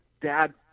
dad